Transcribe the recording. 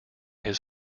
his